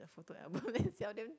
their photo album then sell them